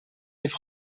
heeft